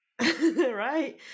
Right